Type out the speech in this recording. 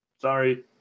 Sorry